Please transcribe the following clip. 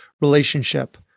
relationship